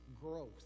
growth